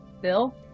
Bill